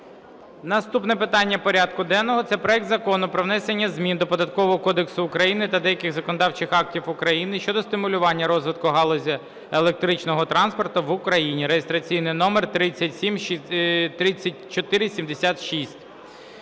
Наступне питання порядку денного – це проект Закону про внесення змін до Податкового кодексу України та деяких законодавчих актів України щодо стимулювання розвитку галузі електричного транспорту в Україні (реєстраційний номер 3476).